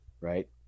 right